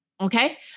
okay